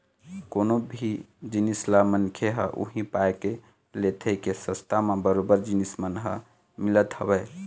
कोनो भी जिनिस ल मनखे ह उही पाय के लेथे के सस्ता म बरोबर जिनिस मन ह मिलत हवय